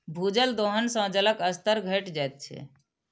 भूजल दोहन सं जलक स्तर घटि जाइत छै